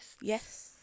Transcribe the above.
Yes